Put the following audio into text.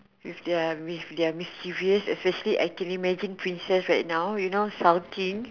with their with their mysterious especially intimidating princess right now you know sulking